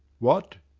what!